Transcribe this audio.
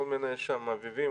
אביבים,